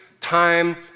time